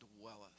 dwelleth